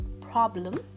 problem